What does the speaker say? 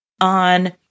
on